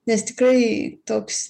nes tikrai toks